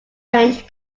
range